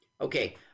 Okay